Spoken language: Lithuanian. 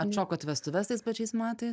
atšokot vestuves tais pačiais metais